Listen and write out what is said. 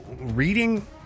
reading